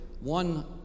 one